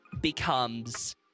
becomes